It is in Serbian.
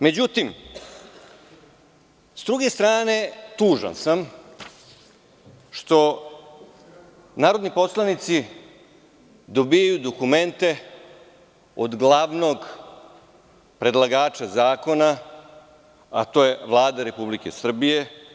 Međutim, s druge strane, tužan sam što narodni poslanici dobijaju dokumente od glavnog predlagača zakona, a to je Vlada Republike Srbije.